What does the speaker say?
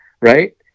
Right